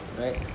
right